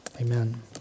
amen